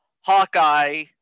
Hawkeye